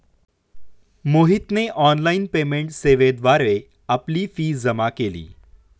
मोहितने online payment सेवेद्वारे आपली फी जमा केली